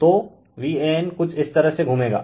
तोVan कुछ इस तरह से घूमेगा